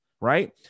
right